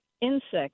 insect